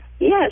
Yes